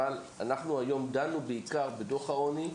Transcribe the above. אבל אנחנו דנו היום בעיקר בדו"ח העוני,